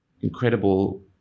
incredible